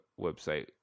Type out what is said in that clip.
website